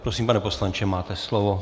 Prosím, pane poslanče, máte slovo.